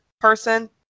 person